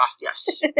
Yes